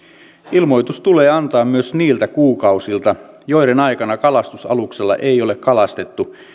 ilmoitus tulee antaa myös niiltä kuukausilta joiden aikana kalastusaluksella ei ole kalastettu